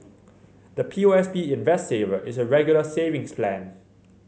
the P O S B Invest Saver is a Regular Savings Plan